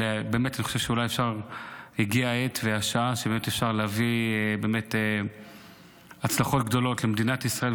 אני חושב שבאמת הגיעה העת והשעה להביא הצלחות גדולות למדינת ישראל.